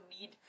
need